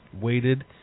waited